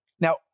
Now